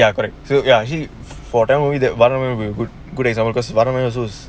ya correct so actually good example